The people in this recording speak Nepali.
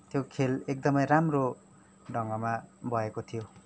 त्यो खेल एकदमै राम्रो ढङ्गमा भएको थियो